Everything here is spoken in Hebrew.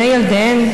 לעיני ילדיהן.